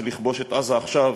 של לכבוש את עזה עכשיו,